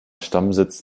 stammsitz